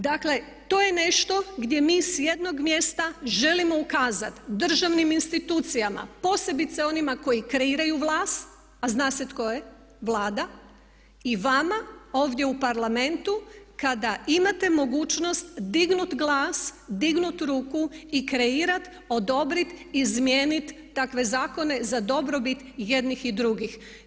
Dakle, to je nešto gdje mi s jednom mjesta želimo ukazati državnim institucijama posebice onima koji kreiraju vlast a zna se tko je, Vlada i vama ovdje u Parlamentu kada imate mogućnost dignuti glas, dignuti ruku i kreirat, odobrit izmijenit takve zakone za dobrobit jednih i drugih.